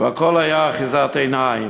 והכול היה אחיזת עיניים.